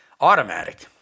automatic